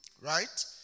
right